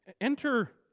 enter